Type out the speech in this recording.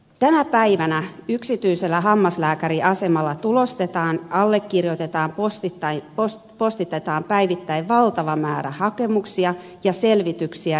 tänä päivänä yksityisellä hammaslääkäriasemalla tulostetaan allekirjoitetaan ja postitetaan päivittäin valtava määrä hakemuksia ja selvityksiä kelaan